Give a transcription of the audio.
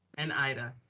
and ida.